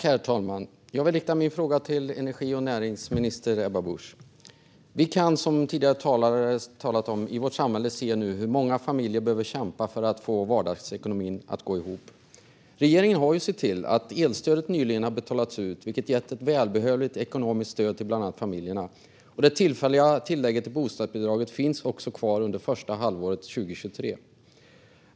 Herr talman! Vi kan, som tidigare talare har nämnt, nu se hur många familjer behöver kämpa för att få vardagsekonomin att gå ihop. Regeringen har ju sett till att elstödet nyligen har betalats ut, vilket har gett ett välbehövligt ekonomiskt stöd till bland annat familjerna. Det tillfälliga tillägget till bostadsbidraget finns också kvar under första halvåret 2023.